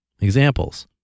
Examples